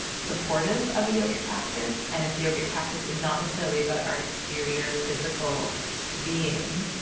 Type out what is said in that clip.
supportive of a yogic practice? and if yogic practice is not necessarily about our exterior physical being,